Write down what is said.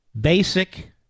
basic